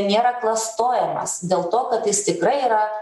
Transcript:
nėra klastojamas dėl to kad jis tikrai yra